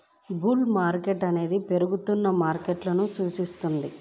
bull market అనేది పెరుగుతున్న మార్కెట్ను సూచిస్తుంది